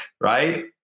right